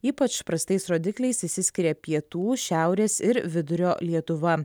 ypač prastais rodikliais išsiskiria pietų šiaurės ir vidurio lietuva